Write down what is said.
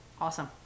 Awesome